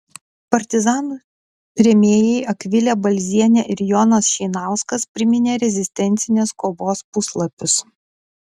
partizanų rėmėjai akvilė balzienė ir jonas šeinauskas priminė rezistencinės kovos puslapius